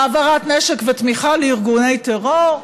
העברת נשק ותמיכה לארגוני טרור.